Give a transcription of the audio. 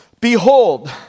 Behold